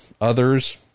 others